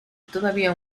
todavía